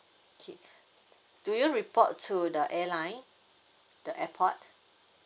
okay do you report to the airline the airport